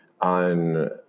on